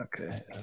Okay